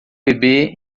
bebê